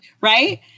right